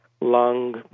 lung